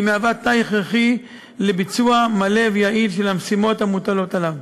והיא מהווה תנאי הכרחי לביצוע מלא ויעיל של המשימות המוטלות עליו.